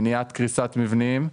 מניעת קריסת מבנים,